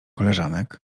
koleżanek